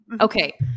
Okay